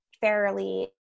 fairly